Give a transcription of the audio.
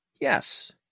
Yes